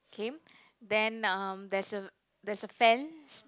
K then um there's a there's a fence